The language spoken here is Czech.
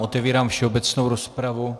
Otevírám všeobecnou rozpravu.